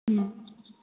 હમ